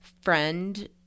friend